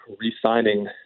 re-signing